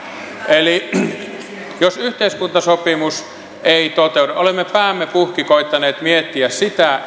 eli jos yhteiskuntasopimus ei toteudu olemme päämme puhki koettaneet miettiä sitä